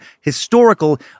historical